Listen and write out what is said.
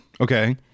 Okay